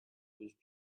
was